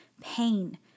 pain